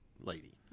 lady